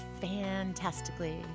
fantastically